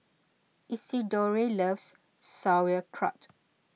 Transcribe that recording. Isidore loves Sauerkraut